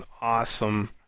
awesome